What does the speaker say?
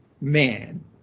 man